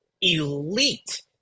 elite